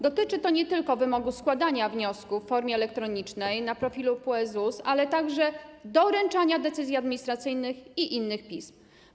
Dotyczy to nie tylko wymogu składania wniosków w formie elektronicznej na profile PUE ZUS, ale także doręczania decyzji administracyjnych i innych pism.